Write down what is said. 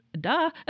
Duh